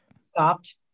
stopped